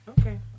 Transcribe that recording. Okay